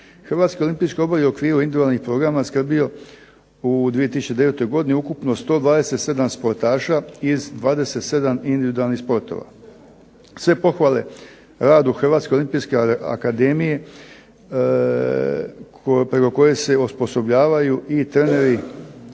Hrvatski olimpijski odbor je u okviru individualnih programa skrbio u 2009. godini ukupno 127 sportaša iz 27 individualnih sportova. Sve pohvale radu Hrvatske olimpijske akademije, preko koje se osposobljavaju i treneri